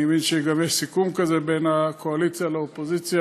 אני מבין שגם יש סיכום כזה בין הקואליציה לאופוזיציה.